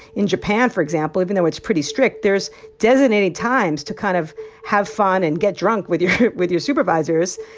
in japan, for example, even though it's pretty strict, there's designated times to kind of have fun and get drunk with your with your supervisors.